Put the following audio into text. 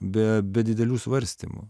be be didelių svarstymų